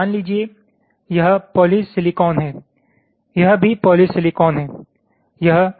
मान लीजिए कि यह पॉलीसिलिकॉन है यह भी पॉलीसिलिकॉन है यह